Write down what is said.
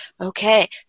Okay